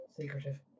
secretive